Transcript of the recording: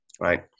right